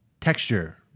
texture